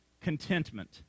Contentment